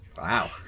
Wow